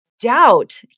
doubt